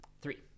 Three